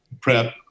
prep